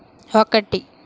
ఒకటి